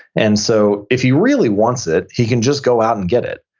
and so if he really wants it, he can just go out and get it.